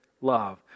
love